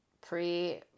pre